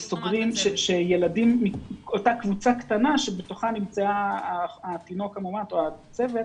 שילדים מאותה קבוצה קטנה בתוכה נמצא התינוק המאומת או הצוות,